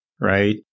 right